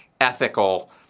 ethical